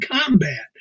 combat